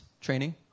training